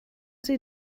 sie